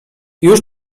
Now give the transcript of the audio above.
już